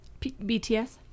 bts